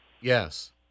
Yes